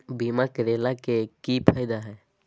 बीमा करैला के की फायदा है?